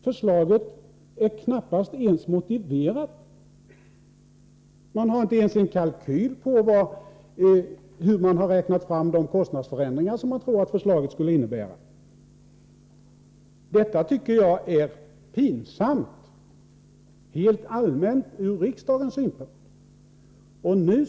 Förslaget är knappast ens motiverat. Det finns inte ens en kalkyl som visar hur man räknat fram de kostnadsförändringar som man tror att förslaget skulle innebära. Detta tycker jag rent allmänt ur riksdagens synpunkt är pinsamt.